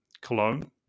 Cologne